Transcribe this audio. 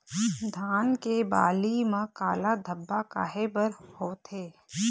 धान के बाली म काला धब्बा काहे बर होवथे?